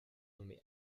nommé